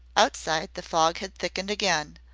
outside the fog had thickened again,